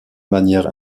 manière